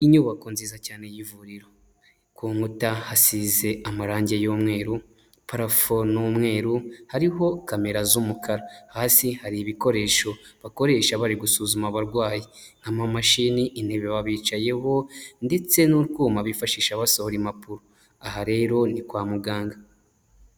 Inyubako nziza cyane y'ivuriro, ku nkuta hasize amarangi y'umweru, parafo n'umweru, hariho kamera z'umukara, hasi hari ibikoresho bakoresha bari gusuzuma abarwayi nk'amamashini, intebe baba bicayeho ndetse n'utwuma bifashisha basohora impapuro, aha rero ni kwa muganga.